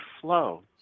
flow